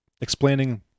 explaining